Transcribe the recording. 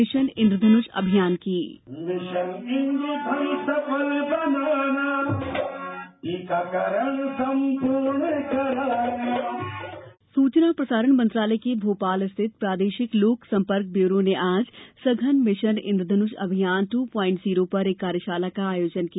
mission Indradhanush सूचना और प्रसारण मंत्रालय के भोपाल स्थित प्रादेशिक लोक संपर्क ब्यूरो ने आज सघन मिशन इंद्रधनुष अभियान दू पाइंट जीरो पर एक कार्यशाला का आयोजन किया